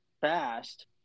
fast